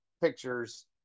pictures